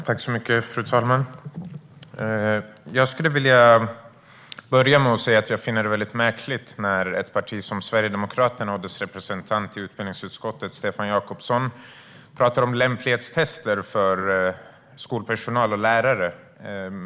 Fru talman! Jag skulle vilja börja med att säga att jag finner det mycket märkligt att ett parti som Sverigedemokraterna och dess representant i utbildningsutskottet Stefan Jakobsson talar om lämplighetstester för skolpersonal och lärare.